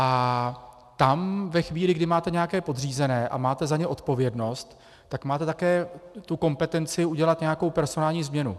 A tam ve chvíli, kdy máte nějaké podřízené a máte za ně odpovědnost, tak máte také tu kompetenci udělat nějakou personální změnu.